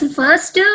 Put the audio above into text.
first